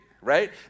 right